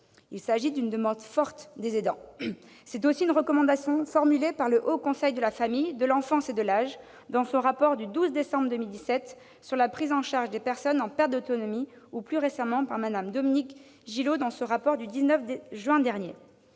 Il s'agit d'une demande forte des aidants. C'est aussi une recommandation formulée par le Haut Conseil de la famille, de l'enfance et de l'âge, le HCFEA, dans son rapport du 12 décembre 2017 sur la prise en charge des personnes en perte d'autonomie ou, plus récemment, par Mme Dominique Gillot, dans son rapport du 19 juin dernier.